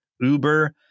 Uber